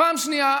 פעם שנייה,